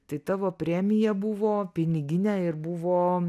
tai tavo premija buvo piniginė ir buvo